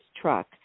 truck